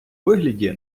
вигляді